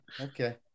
okay